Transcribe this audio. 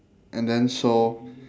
and then so